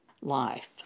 life